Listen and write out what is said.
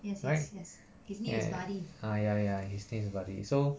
right an~ ah ya ya his name is buddy so